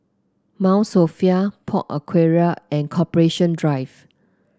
Mount Sophia Park Aquaria and Corporation Drive